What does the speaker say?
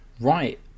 Right